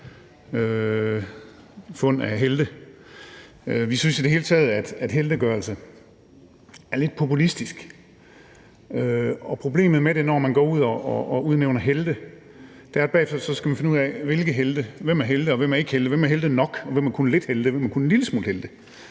fund af helte. Vi synes i det hele taget, at heltegørelse er lidt populistisk. Og problemet med det, når man går ud og udnævner helte, er, at man bagefter skal finde ud af, hvem der er helte, og hvem der ikke er helte. Hvem er helte nok, hvem er kun lidt helte, og hvem er kun en lille smule helte?